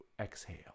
Exhale